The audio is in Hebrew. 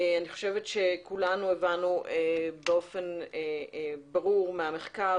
אני חושבת שכולנו הבנו באופן ברור מהמחקר,